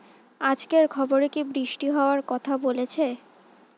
আজকের খবরে কি বৃষ্টি হওয়ায় কথা বলেছে?